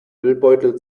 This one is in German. müllbeutel